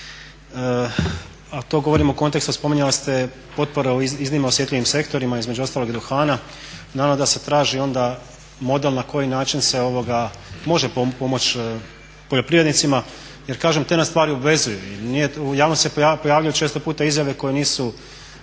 a to govorim u kontekstu, spominjali ste potpore o iznimno osjetljivim sektorima, između ostalog i duhana. Naravno da se traži onda model na koji način se može pomoći poljoprivrednicima. Jer kažem te nas stvari obvezuju i u javnosti se pojavljuju često puta izjave koje nisu